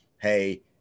hey